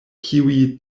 kiuj